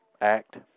Act